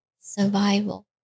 survival